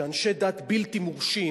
שאנשי דת בלתי מורשים,